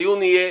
דיון יהיה,